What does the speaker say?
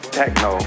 techno